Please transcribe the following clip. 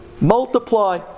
Multiply